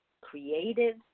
creative